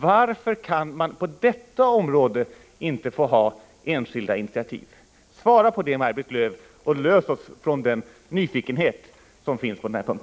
Varför kan man på detta område inte få ha enskilda initiativ? Svara på det, Maj-Lis Lööw, och befria oss från den nyfikenhet som finns på denna punkt.